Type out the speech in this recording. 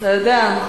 אתה יודע.